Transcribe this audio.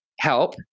help